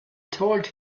told